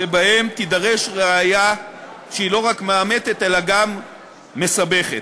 שבהן תידרש ראיה שהיא לא רק מאמתת אלא גם מסבכת: